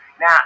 Now